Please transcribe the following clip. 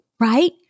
right